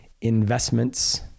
investments